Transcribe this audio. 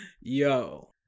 Yo